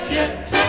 yes